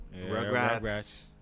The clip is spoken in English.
Rugrats